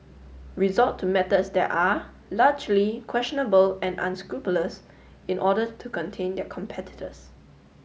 resort to methods that are largely questionable and unscrupulous in order to contain their competitors